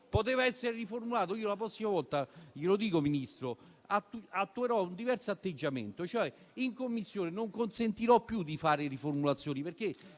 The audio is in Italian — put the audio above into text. Poteva essere riformulato. La prossima volta - glielo dico, signor Ministro - attuerò un diverso atteggiamento: in Commissione non consentirò più di fare riformulazioni, perché,